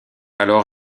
alors